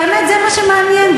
האמת, זה מה שמעניין.